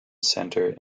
center